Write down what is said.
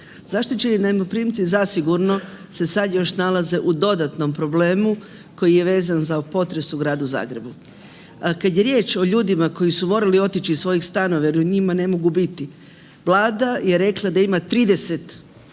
Zaštićeni najmoprimci zasigurno se sad još nalaze u dodatnom problemu koji je vezan za potres u Gradu Zagrebu. Kad je riječ o ljudima koji su morali otići iz svojih stanova jel u njima ne mogu biti, Vlada je rekla da ima 30